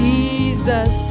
Jesus